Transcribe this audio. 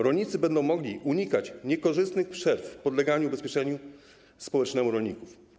Rolnicy będą mogli unikać niekorzystnych przerw w podleganiu ubezpieczeniu społecznemu rolników.